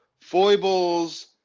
foibles